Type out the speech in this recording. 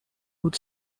would